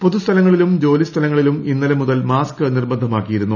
പൊതുസ്ഥലങ്ങളിലും ജോലിസ്ഥലങ്ങളിലും ഇന്നലെ മുതൽ മാസ്ക് നിർബന്ധമാക്കിയിരുന്നു